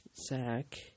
Zach